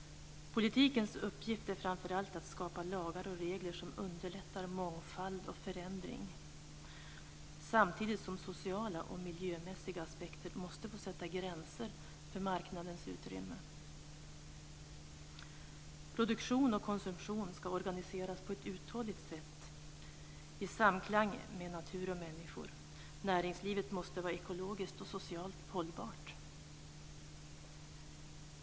Politikens uppgift är framför allt att skapa lagar och regler som underlättar mångfald och förändring, samtidigt som sociala och miljömässiga aspekter måste få sätta gränser för marknadens utrymme. Produktion och konsumtion ska organiseras på ett uthålligt sätt i samklang med natur och människor. Näringslivet måste vara ekologiskt och socialt hållbart.